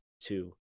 two